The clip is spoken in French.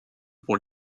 pour